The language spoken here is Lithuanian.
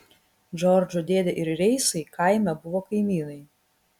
džordžo dėdė ir reisai kaime buvo kaimynai